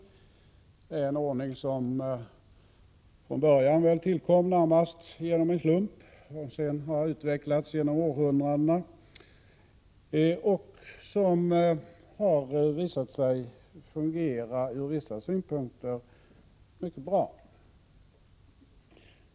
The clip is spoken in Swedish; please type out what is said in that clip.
Det är en ordning som från början tillkom närmast av en slump, men som sedan har utvecklats genom århundradena. Denna ordning har från vissa synpunkter visat sig fungera mycket bra.